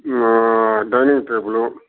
dinning table